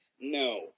no